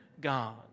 God